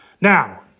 Now